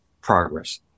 progress